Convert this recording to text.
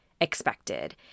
expected